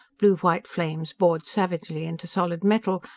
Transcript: blue-white flames bored savagely into solid metal,